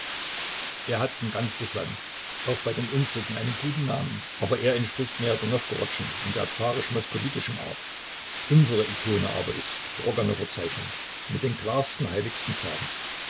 er hat in ganz rußland auch bei den unsrigen einen guten namen aber er entspricht mehr der nowgorodschen und der zarisch moskowitischen art unsere ikone aber ist stroganower zeichnung mit den klarsten heiligsten farben